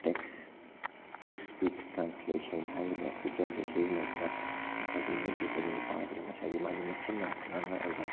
tax to speech translation ꯍꯥꯏꯔꯤꯕ ꯐꯤꯆꯔꯁꯦ ꯁꯤꯖꯤꯟꯅꯗꯨꯅ ꯉꯁꯥꯏꯒꯤ ꯃꯤꯠ ꯎꯗ꯭ꯔꯕ ꯅꯨꯄꯥ ꯑꯗꯨꯗ ꯉꯁꯥꯏꯒꯤ ꯃꯥꯒꯤ ꯃꯆꯤꯟꯅ ꯉꯥꯡꯂꯛꯑꯒ